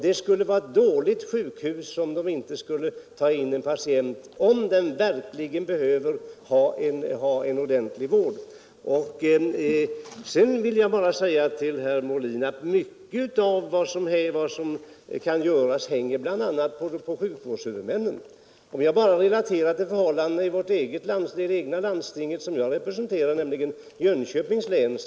Det skulle vara ett dåligt sjukhus om det inte skulle ta in en patient som verkligen behöver ordentlig vård. Jag vill bara säga till herr Molin att mycket hänger på bl.a. sjukvårdshuvudmännen när det gäller resurserna. Låt mig bara relatera förhållandena i det landsting jag representerar, nämligen Jönköpings läns.